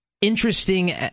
interesting